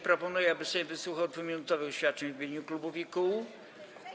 Proponuję, aby Sejm wysłuchał 2-minutowych oświadczeń w imieniu klubów i kół.